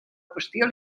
qüestió